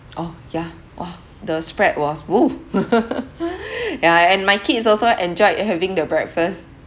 orh yeah !wah! the spread was !woo! yeah and my kids also enjoyed having the breakfast